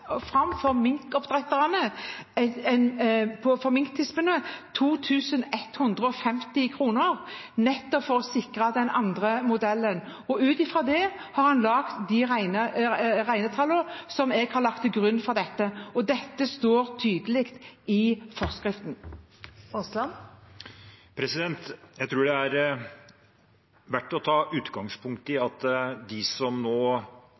fram 2 150 kr for minktispene, nettopp for å sikre den andre modellen. Ut fra det har en laget de regnetallene som jeg har lagt til grunn for dette. Dette står tydelig i forskriften. Terje Aasland – til oppfølgingsspørsmål. Jeg tror det er verdt å ta utgangspunkt i at de som nå